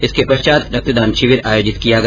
इसके पश्चात रक्तदान शिविर आयोजित किया गया